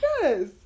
Yes